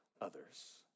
others